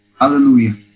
hallelujah